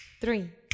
three